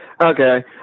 Okay